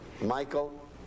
Michael